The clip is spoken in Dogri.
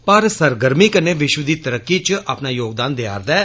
भारत सरगर्मी कन्नै विश्व दी तरक्की इच अपना योगदान देआ रदा ऐ